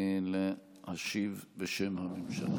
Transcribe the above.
להשיב בשם הממשלה.